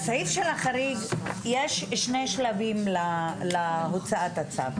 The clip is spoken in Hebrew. יש שני שלבים להוצאת הצו.